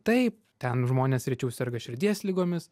taip ten žmonės rečiau serga širdies ligomis